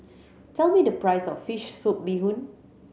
tell me the price of fish soup bee hoon